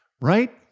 right